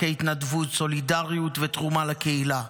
ערכי התנדבות, סולידריות ותרומה לקהילה.